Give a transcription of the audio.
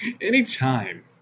Anytime